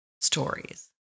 stories